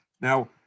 Now